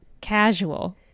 casual